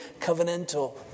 covenantal